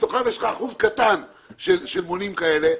ומתוכם יש לך אחוז קטן של מונים כאלה,